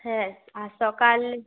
হ্যাঁ আর সকাল